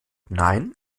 nein